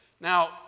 Now